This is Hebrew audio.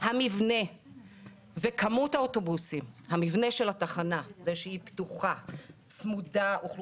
המבנה של התחנה וכמות האוטובוסים,